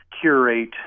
curate